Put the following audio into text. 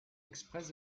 express